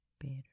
better